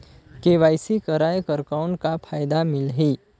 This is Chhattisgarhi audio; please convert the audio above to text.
के.वाई.सी कराय कर कौन का फायदा मिलही?